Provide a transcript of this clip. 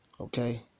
okay